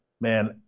man